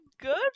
good